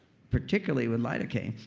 particularly, with lidocaine